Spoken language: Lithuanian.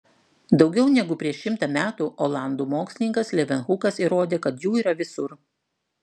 daugiau negu prieš šimtą metų olandų mokslininkas levenhukas įrodė kad jų yra visur